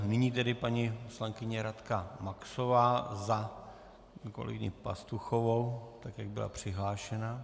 Nyní tedy paní poslankyně Radka Maxová za kolegyni Pastuchovou, tak jak byla přihlášena.